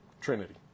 Trinity